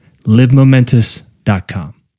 Livemomentous.com